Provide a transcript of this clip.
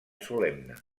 solemne